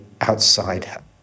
outside